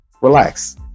relax